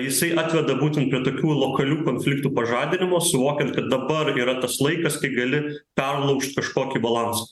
jisai atveda būtent prie tokių lokalių konfliktų pažadinimo suvokiant kad dabar yra tas laikas kai gali perlaužt kažkokį balansą